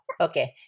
okay